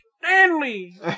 Stanley